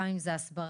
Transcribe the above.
גם אם זו הסבר,